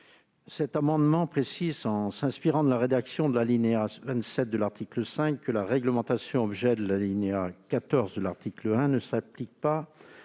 Cet amendement tend à préciser, en s'inspirant de la rédaction de l'alinéa 27 de l'article 5, que la réglementation objet de l'alinéa 14 de l'article 1 ne s'applique pas